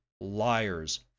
liars